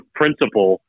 principle